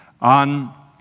on